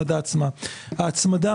בינתיים, בעצם,